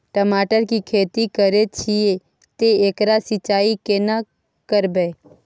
टमाटर की खेती करे छिये ते एकरा सिंचाई केना करबै?